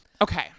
okay